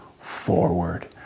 forward